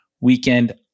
weekend